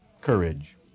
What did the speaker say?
courage